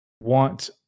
want